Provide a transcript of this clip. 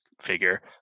figure